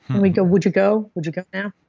we'd go would you go? would you go now?